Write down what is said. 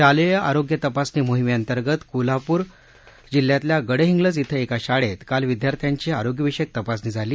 शालेय आरोग्य तपासणी मोहिमेअंतर्गत कोल्हापूर जिल्ह्यातल्या गडहिंग्लज क्र एका शाळेत काल विद्यार्थ्यांची आरोग्यविषयक तपासणी झाली